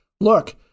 look